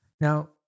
Now